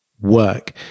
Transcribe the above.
work